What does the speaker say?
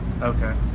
okay